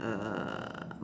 uh